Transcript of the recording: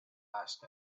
asked